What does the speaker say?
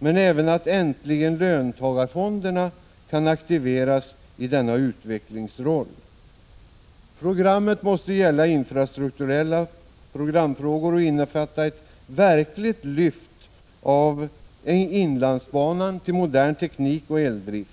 Vi visar även att löntagarfonderna äntligen kan aktiveras i denna utvecklingsroll. Programmet måste gälla infrastrukturella programfrågor och innefatta en verklig höjning av inlandsbanans standard till modern teknik och eldrift.